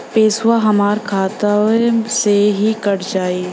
पेसावा हमरा खतवे से ही कट जाई?